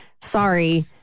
sorry